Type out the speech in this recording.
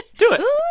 do it ooh,